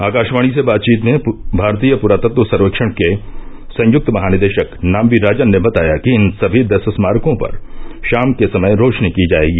आकाशवाणी से बातचीत में मारतीय पुरातत्व सर्वेक्षण के संयुक्त महानिदेशक नाम्बी राजन ने बताया कि इन सभी दस स्मारकों पर शाम के समय रोशनी की जायेगी